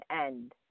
end